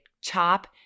chop